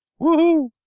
Woohoo